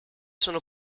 sono